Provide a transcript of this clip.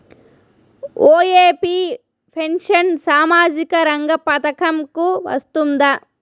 OAP pension సామాజిక రంగ పథకం కు వస్తుందా?